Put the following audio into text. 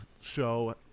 show